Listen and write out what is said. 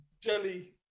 jelly